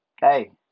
Hey